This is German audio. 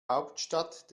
hauptstadt